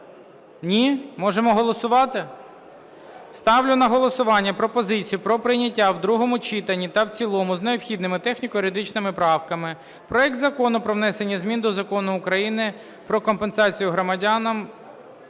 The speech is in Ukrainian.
Ні? Можемо голосувати? Ставлю на голосування пропозицію про прийняття в другому читанні та в цілому з необхідними техніко-юридичними правками проект Закону про внесення змін до Закону України "Про компенсацію громадянам